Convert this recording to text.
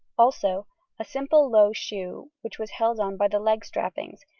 also a simple low shoe which was held on by the leg-strappings,